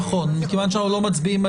עכשיו לעניין שאנחנו מדברים עליו